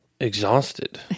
exhausted